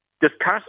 discuss